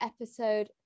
episode